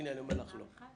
והנה אני אומר לך: לא.